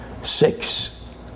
six